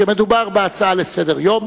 שמדובר בהצעה לסדר-היום.